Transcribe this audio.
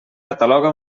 cataloga